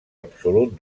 absolut